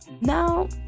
now